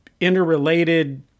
interrelated